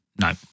No